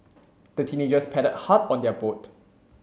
the teenagers paddled hard on their boat